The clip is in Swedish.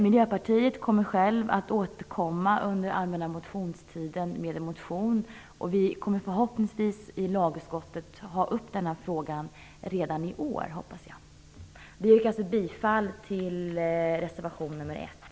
Miljöpartiet kommer att återkomma med en motion under den allmänna motionstiden, och förhoppningsvis kan vi få upp frågan i lagutskottet redan i år. Vi yrkar bifall till reservation 1.